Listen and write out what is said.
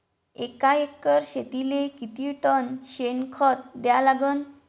एका एकर शेतीले किती टन शेन खत द्या लागन?